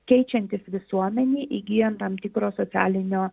keičiantis visuomenei įgyjant tam tikro socialinio